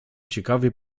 ciekawie